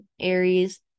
Aries